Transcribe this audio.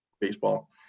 baseball